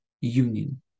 union